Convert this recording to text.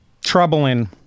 troubling